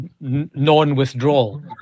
non-withdrawal